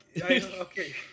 okay